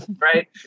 right